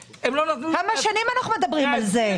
כמה שנים אנחנו מדברים על זה?